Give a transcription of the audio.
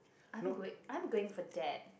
I'm goi~ I'm going for that